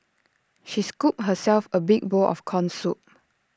she scooped herself A big bowl of Corn Soup